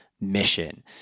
mission